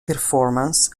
performance